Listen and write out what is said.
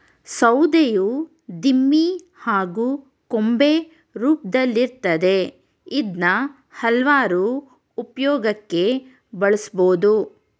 ಸೌಧೆಯು ದಿಮ್ಮಿ ಹಾಗೂ ಕೊಂಬೆ ರೂಪ್ದಲ್ಲಿರ್ತದೆ ಇದ್ನ ಹಲ್ವಾರು ಉಪ್ಯೋಗಕ್ಕೆ ಬಳುಸ್ಬೋದು